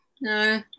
No